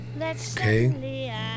okay